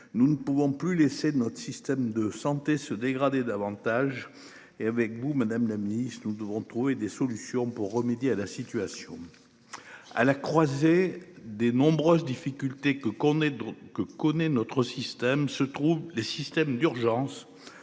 Nous ne pouvons plus laisser de notre système de santé se dégrader davantage. Et avec vous, madame la ministre, de nous devons trouver des solutions pour remédier à la situation. À la croisée des nombreuses difficultés que qu'on est que connaît notre système se trouve les systèmes d'urgence.